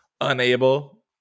unable